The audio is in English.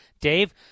Dave